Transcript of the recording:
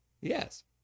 Yes